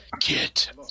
Get